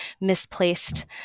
misplaced